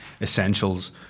essentials